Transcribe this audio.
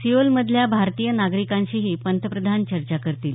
Seoul मधल्या भारतीय नागरिकांशीही पंतप्रधान चर्चा करतील